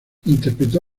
interpretó